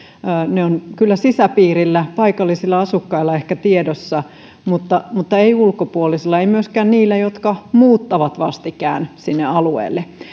ne ovat kyllä sisäpiirillä paikallisilla asukkailla ehkä tiedossa mutta mutta eivät ulkopuolisilla eivät myöskään niillä jotka muuttivat vastikään sinne alueelle